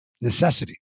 Necessity